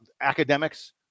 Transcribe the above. academics